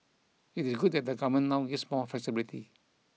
it is good that the Government now gives more flexibility